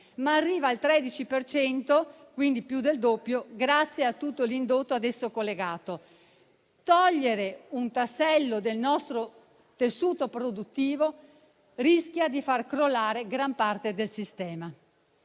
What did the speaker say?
ma arriva al 13 per cento, quindi più del doppio, grazie a tutto l'indotto a esso collegato. Togliere un tassello del nostro tessuto produttivo rischia di far crollare gran parte del sistema.